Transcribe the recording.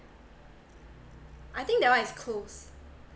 I think that one is closed